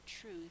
truth